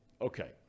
Okay